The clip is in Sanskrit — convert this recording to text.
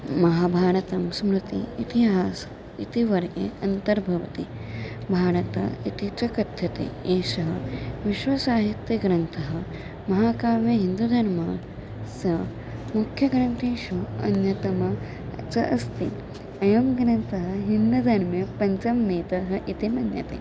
महाभारतं स्मृतिः इतिहासमिति वर्गे अन्तर्भवति भारतमिति च कथ्यते एषः विश्वसाहित्यग्रन्थः महाकाव्ये हिन्दुधर्मस्स मुख्यग्रन्थेषु अन्यतमः च अस्ति अयं ग्रन्थः हिन्दुधर्मे पञ्चमवेदः इति मन्यते